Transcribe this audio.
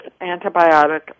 antibiotic